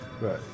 Right